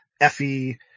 Effie